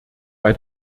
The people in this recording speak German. bei